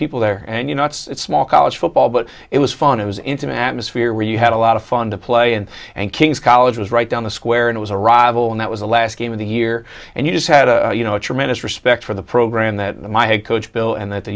people there and you know it's small college football but it was fun it was into atmosphere where you had a lot of fun to play in and kings college was right down the square and was a rival and that was the last game of the year and you just had a you know a tremendous respect for the program that my head coach bill and that the